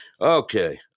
Okay